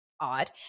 odd